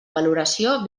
valoració